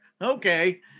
Okay